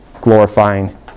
glorifying